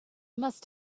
must